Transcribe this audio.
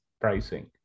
pricing